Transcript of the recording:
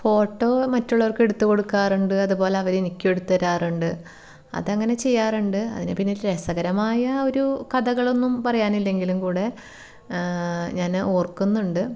photo മറ്റുള്ളവർക്ക് എടുത്തു കൊടുക്കാറുണ്ട് അതുപോലെ അവരെനിക്കും എടുത്ത് തരാറുണ്ട് അതങ്ങനെ ചെയ്യാറുണ്ട് അതിൻ്റെ പിന്നിൽ രസകരമായ ഒരു കഥകളൊന്നും പറയാനില്ലെങ്കിലും കൂടെ ഞാൻ ഓർക്കുന്നുണ്ട്